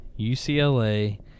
UCLA